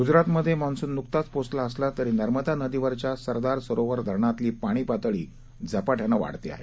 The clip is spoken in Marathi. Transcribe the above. गुजरातमधे मॉन्सून नुकताच पोचला असला तरी नर्मदा नदीवरच्या सरदार सरोवर धरणातली पाणी पातळी झपाट्यानं वाढते आहे